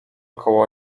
koło